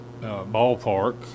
ballpark